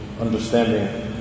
understanding